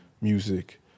music